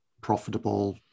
profitable